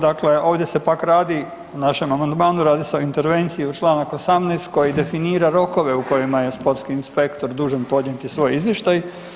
Dakle, ovdje se pak radi, u našem amandmanu, radi se o intervenciji u čl. 18. koji definira rokove u kojima je sportski inspektor dužan podnijeti svoj izvještaj.